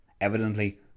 Evidently